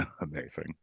Amazing